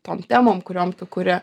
tom temom kuriom tu kuri